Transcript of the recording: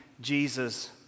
Jesus